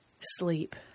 sleep